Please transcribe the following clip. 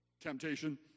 Temptation